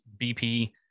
BP